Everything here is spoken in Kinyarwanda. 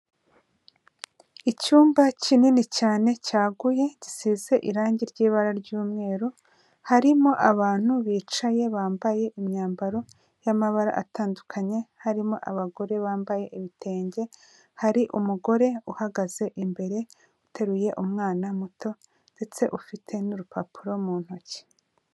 Icyumba kinini cyane cyaguye, gisize irangi ry'ibara ry'umweru, harimo abantu bicaye bambaye imyambaro y'amabara atandukanye, harimo abagore bambaye ibitenge, hari umugore uhagaze imbere uteruye umwana muto, ndetse ufite n'urupapuro mu ntoki.